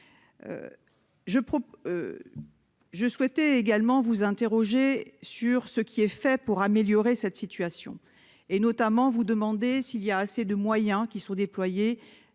Je souhaitais également vous interroger sur ce qui est fait pour améliorer cette situation et notamment vous demander s'il y a assez de moyens qui sont déployés